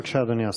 בבקשה, אדוני השר.